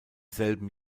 selben